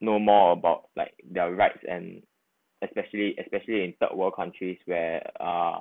know more about like their rights and especially especially in third world countries where uh